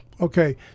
Okay